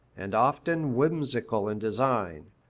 and often whimsical in design.